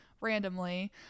randomly